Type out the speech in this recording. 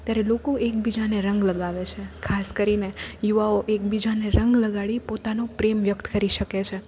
ત્યારે લોકો એકબીજાને રંગ લગાવે છે ખાસ કરીને યુવાઓ એકબીજાને રંગ લગાડી પોતાનો પ્રેમ વ્યક્ત કરી શકે છે